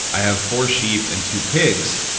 i have four sheep and two pigs.